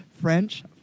French